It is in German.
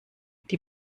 die